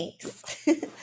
Thanks